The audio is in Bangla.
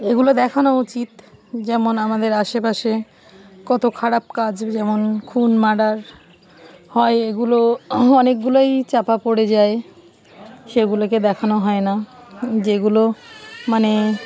এগুলো দেখানো উচিত যেমন আমাদের আশেপাশে কতো খারাপ কাজ যেমন খুন মার্ডার হয় এগুলো অনেকগুলোই চাপা পড়ে যায় সেগুলোকে দেখানো হয় না যেগুলো মানে